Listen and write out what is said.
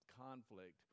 conflict